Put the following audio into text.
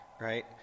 right